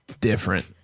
Different